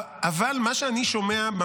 אבל מה שאני שומע,